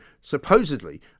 supposedly